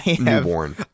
newborn